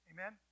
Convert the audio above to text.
Amen